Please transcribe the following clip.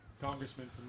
Congressman